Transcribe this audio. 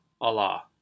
Allah